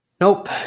Nope